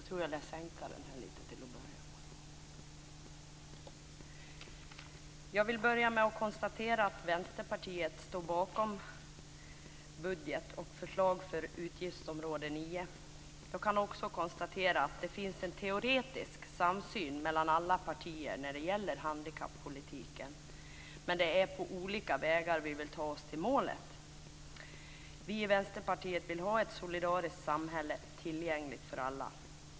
Fru talman! Jag vill börja med att konstatera att Vänsterpartiet står bakom budgeten och förslaget för utgiftsområde 9. Det finns en teoretisk samsyn mellan alla partier om handikappolitiken, men vi vill ta oss till målet på olika vägar. Vi i Vänsterpartiet vill ha ett solidariskt samhället som är tillgängligt för alla.